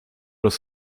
los